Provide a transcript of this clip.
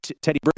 Teddy